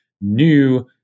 new